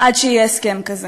עד שיהיה הסכם כזה,